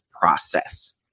process